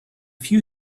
few